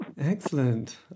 Excellent